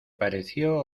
pareció